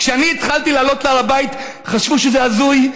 כשאני התחלתי לעלות להר הבית חשבו שזה הזוי,